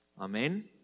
Amen